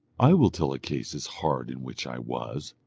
i will tell a case as hard in which i was,